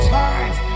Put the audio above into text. times